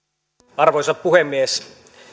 arvoisa puhemies